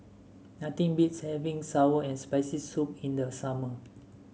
nothing beats having sour and Spicy Soup in the summer